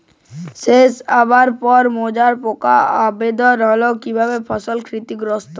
শীষ আসার পর মাজরা পোকার আক্রমণ হলে কী ভাবে ফসল ক্ষতিগ্রস্ত?